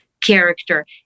character